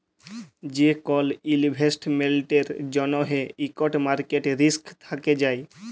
যে কল ইলভেস্টমেল্টের জ্যনহে ইকট মার্কেট রিস্ক থ্যাকে যায়